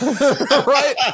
right